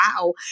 wow